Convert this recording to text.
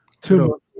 Two